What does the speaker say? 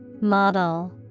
Model